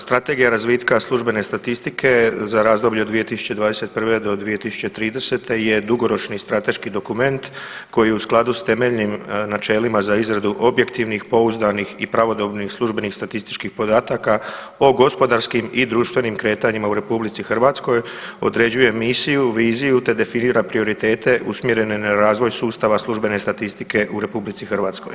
Strategija razvitka službene statistike za razdoblje od 2021. do 2030. je dugoročni strateški dokument koji je u skladu s temeljnim načelima za izradu objektivnih, pouzdanih i pravodobnih službenih statističkih podataka o gospodarskim i društvenim kretanjima u RH, određuje misiju, viziju te definira prioritete usmjerene na razvoj sustava službene statističke u RH.